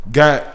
got